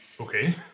Okay